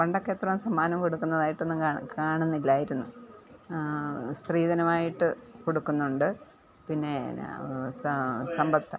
പണ്ടൊക്കെ ഇത്രയും സമ്മാനം കൊടുക്കുന്നതായിട്ടൊന്നും കാണുന്നില്ലായിരുന്നു സ്ത്രീധനമായിട്ട് കൊടുക്കുന്നുണ്ട് പിന്നെ എന്താ സമ്പത്ത്